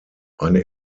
eine